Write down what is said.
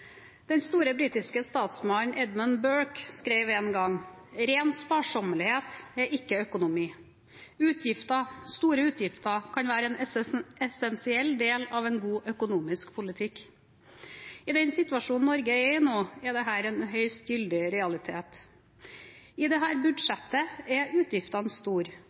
Den store britiske statsmannen Edmund Burke skrev en gang: «Ren sparsommelighet er ikke økonomi. Utgifter, store utgifter, kan være en essensiell del av en god økonomisk politikk.» I den situasjonen Norge er i nå, er dette en høyst gyldig realitet. I dette budsjettet er utgiftene store,